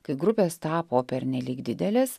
kai grupės tapo pernelyg didelės